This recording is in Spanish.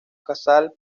casals